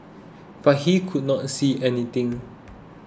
but he could not see anything